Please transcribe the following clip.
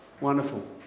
wonderful